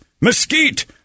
mesquite